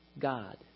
God